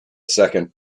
second